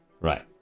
Right